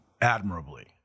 admirably